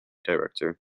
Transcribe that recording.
director